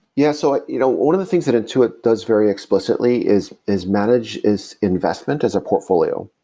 yeah. so ah you know one of the things that intuit does very explicitly is is manage, is investment as a portfolio.